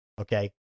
okay